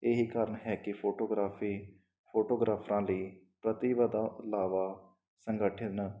ਇਹ ਹੀ ਕਾਰਨ ਹੈ ਕਿ ਫੋਟੋਗ੍ਰਾਫੀ ਫੋਟੋਗ੍ਰਾਫਰਾਂ ਲਈ ਪ੍ਰਤੀਵਤਾ ਇਲਾਵਾ ਸੰਗਠਨ